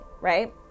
right